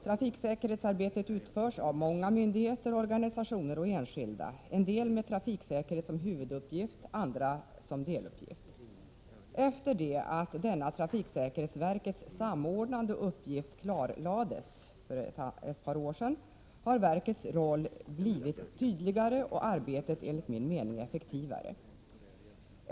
Trafiksäkerhetsarbetet utförs av många myndigheter, organisationer och enskilda, en del har trafiksäkerhet som huvuduppgift andra som deluppgift. Efter det att denna trafiksäkerhetsverkets samordnande uppgift klarlades för ett par år sedan har verkets roll blivit tydligare och arbetet enligt min mening effektivare.